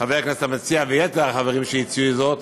חבר הכנסת המציע ויתר החברים שהציעו זאת,